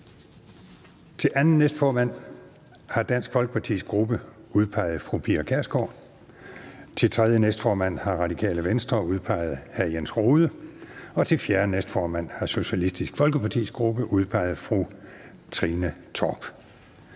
Til anden næstformand har Dansk Folkepartis gruppe udpeget fru Pia Kjærsgaard. Til tredje næstformand har Radikale Venstres gruppe udpeget hr. Jens Rohde. Og til fjerde næstformand har Socialistisk Folkepartis gruppe udpeget fru Trine Torp.